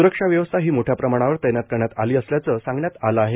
स्रक्षा व्यवस्था ही मोठ्या प्रमाणावर तैनात करण्यात आली असल्याचं सांगण्यात आले आहे